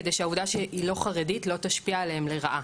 כדי שהעובדה שהיא לא חרדית לא תשפיע עליהם לרעה,